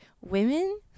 women